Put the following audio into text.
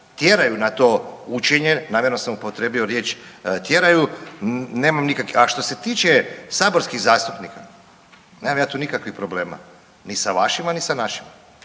tjeraju na to učenje, namjerno sam upotrijebio riječ tjeraju, nemam .../nerazumljivo/... a što se tiče saborskih zastupnika, nemam ja tu nikakvih problema, ni sa vašima ni sa našima.